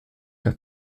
qu’à